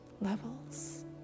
levels